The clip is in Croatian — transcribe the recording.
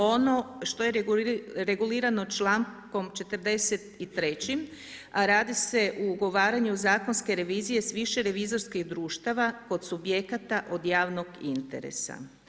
Ono što je regulirano člankom 43. a radi se o ugovaranju zakonske revizije sa više revizorskih društava kod subjekata od javnog interesa.